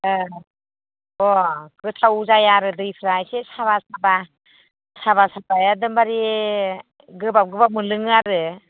ओह अह गोथाव जाया आरो दैफ्रा एसे साबा बा साबा साबा एकदमबारि गोबाब गोबाब मोनलोङो आरो